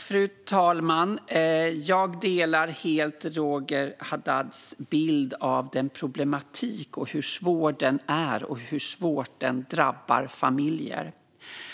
Fru talman! Jag delar helt Roger Haddads bild av problematiken, hur svår den är och hur svårt den drabbar familjer.